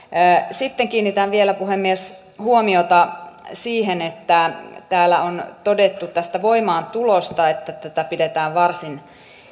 sitten kiinnitän vielä puhemies huomiota siihen että täällä on todettu tästä voimaantulosta että tätä pidetään varsin